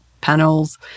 panels